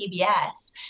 PBS